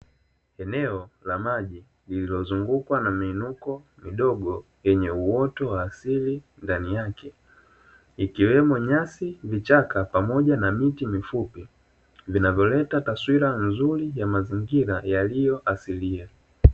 Eneo la maji lililozungukwa na miinuko midogo yenye uoto wa asili ndani yake, ikiwemo: nyasi, vichaka pamoja na miti mifupi; vinavyoleta taswira nzuri ya mazingira yaliyo asilia.